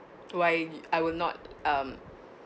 why I will not